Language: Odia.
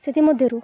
ସେଥିମଧ୍ୟରୁ